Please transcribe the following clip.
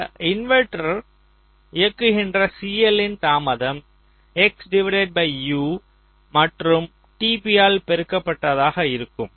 இந்த இன்வெர்ட்டர் இயக்குகின்ற CL இன் தாமதம் X U மற்றும் tp ஆல் பெருக்கப்பட்டதாக இருக்கும்